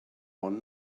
one